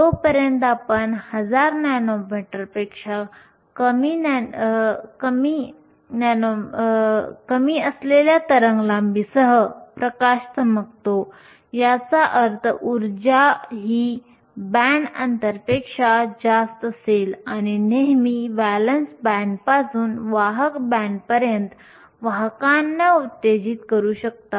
जोपर्यंत आपण 1000 नॅनोमीटरपेक्षा कमी असलेल्या तरंगलांबीसह प्रकाश चमकतो याचा अर्थ उर्जा ही बँड अंतरपेक्षा जास्त असेल आपण नेहमी व्हॅलेन्स बँडपासून वाहक बँडपर्यंत वाहकांना उत्तेजित करू शकता